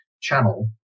channel